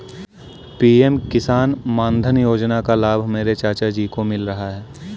PM Kisan Mandhan Yojana का लाभ मेरे चाचा जी को मिल रहा है